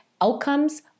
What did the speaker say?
outcomes